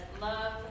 love